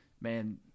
man